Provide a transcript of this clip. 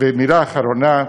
ומילה אחרונה,